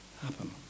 happen